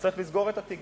צריך לסגור את התיק,